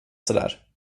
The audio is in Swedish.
sådär